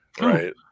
right